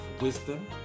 wisdom